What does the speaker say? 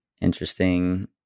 interesting